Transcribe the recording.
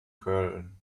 köln